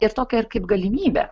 ir tokią ir kaip galimybę